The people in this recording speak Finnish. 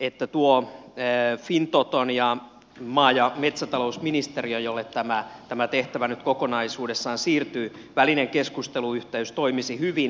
niin tuo fintoton ja maa ja metsätalousministeriön jolle tämä tehtävä nyt kokonaisuudessaan siirtyy välinen keskusteluyhteys toimisi hyvin